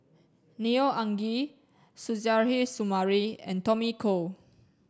Neo Anngee Suzairhe Sumari and Tommy Koh